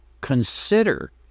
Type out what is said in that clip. consider